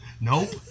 nope